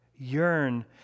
Yearn